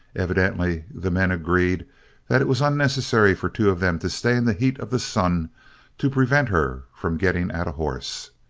evidently, the men agreed that it was unnecessary for two of them to stay in the heat of the sun to prevent her from getting at a horse.